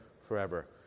forever